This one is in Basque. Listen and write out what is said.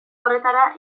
horretara